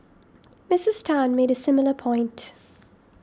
Misses Tan made a similar point